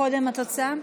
קודם התוצאה: